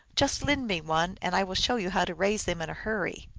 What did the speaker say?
just lend me one, and i will show you how to raise them in a hurry.